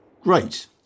Great